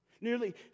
Nearly